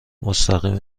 مستقیم